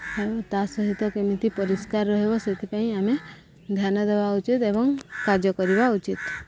ଏବଂ ତା' ସହିତ କେମିତି ପରିଷ୍କାର ରହିବ ସେଥିପାଇଁ ଆମେ ଧ୍ୟାନ ଦେବା ଉଚିତ ଏବଂ କାର୍ଯ୍ୟ କରିବା ଉଚିତ